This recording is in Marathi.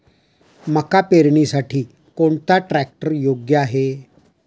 मका पेरणीसाठी कोणता ट्रॅक्टर योग्य आहे?